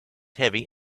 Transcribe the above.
heavy